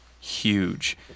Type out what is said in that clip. huge